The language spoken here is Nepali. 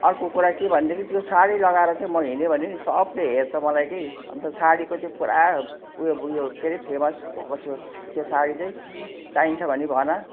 अर्को कुरा के भनेदेखि त्यो साडी लगाएर चाहिँ म हिँडेँ भने नि सबले हेर्छ मलाई कि अन्त साडीको चाहिँ पुरा उयो उयो के अरे फेमस भएको छु त्यो साडी चाहिँ चाहिन्छ भने भन